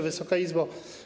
Wysoka Izbo!